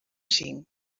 cinc